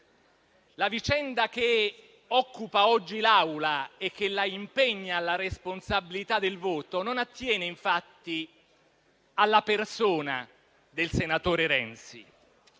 La vicenda che occupa oggi l'Assemblea e che la impegna alla responsabilità del voto attiene non alla persona del senatore Renzi